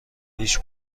هیچ